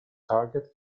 target